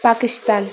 Pakistan